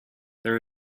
there